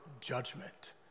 judgment